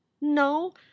no